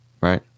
right